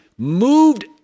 moved